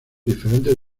diferentes